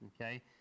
Okay